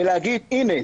ולהגיד הנה,